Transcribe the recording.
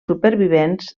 supervivents